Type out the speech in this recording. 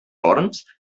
forns